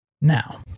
Now